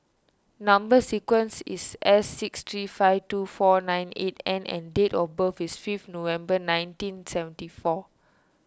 Number Sequence is S six three five two four nine eight N and date of birth is five November nineteen seventy four